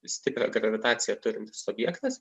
stiprią gravitaciją turintis objektas